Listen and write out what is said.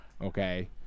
Okay